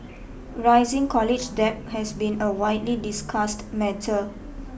rising college debt has been a widely discussed matter